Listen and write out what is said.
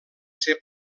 ser